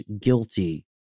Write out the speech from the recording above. guilty